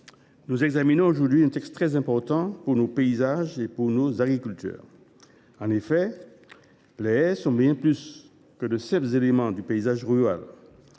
nous examinons aujourd’hui un texte très important pour nos paysages et nos agriculteurs. En effet, les haies sont bien plus que de simples éléments du paysage rural.